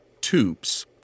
tubes